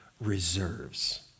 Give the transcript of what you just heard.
reserves